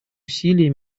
усилия